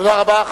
תודה רבה.